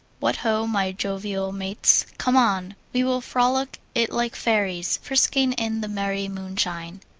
what ho, my jovial mates. come on! we will frolic it like fairies, frisking in the merry moonshine.